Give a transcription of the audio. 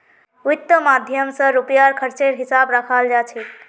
वित्त माध्यम स रुपयार खर्चेर हिसाब रखाल जा छेक